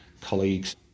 colleagues